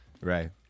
Right